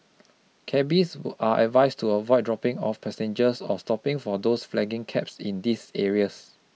cabbies are advised to avoid dropping off passengers or stopping for those flagging cabs in these areas